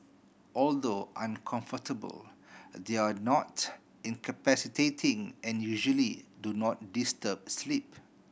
although uncomfortable they are not incapacitating and usually do not disturb sleep